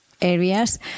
areas